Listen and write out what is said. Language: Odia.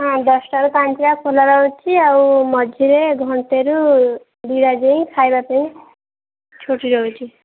ହଁ ଦଶଟାରୁ ପାଞ୍ଚଟା ଖୋଲା ରହୁଛି ଆଉ ମଝିରେ ଘଣ୍ଟେରୁ ଦୁଇଟା ଯାଏଁ ଖାଇବା ପାଇଁ ଛୁଟି ରହୁଛି